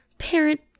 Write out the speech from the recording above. parent